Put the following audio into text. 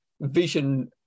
vision